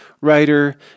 writer